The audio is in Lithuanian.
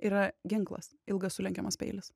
yra ginklas ilgas sulenkiamas peilis